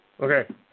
Okay